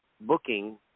booking